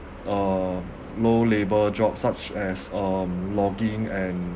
uh low labour jobs such as um logging and